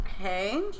Okay